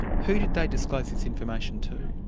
who did they disclose this information to?